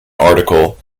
article